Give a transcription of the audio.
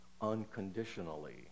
unconditionally